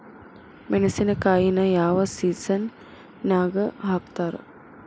ಮೆಣಸಿನಕಾಯಿನ ಯಾವ ಸೇಸನ್ ನಾಗ್ ಹಾಕ್ತಾರ?